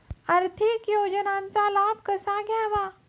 आर्थिक योजनांचा लाभ कसा घ्यावा?